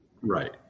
Right